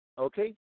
okay